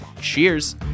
Cheers